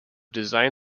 design